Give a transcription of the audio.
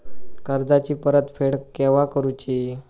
कर्जाची परत फेड केव्हा करुची?